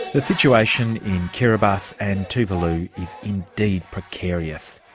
the situation in kiribati and tuvalu is indeed precarious.